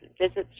visits